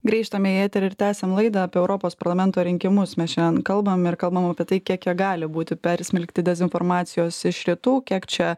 grįžtame į eterį ir tęsiam laidą apie europos parlamento rinkimus mes šiandien kalbam ir kalbam apie tai kiek jie gali būti persmelkti dezinformacijos iš rytų kiek čia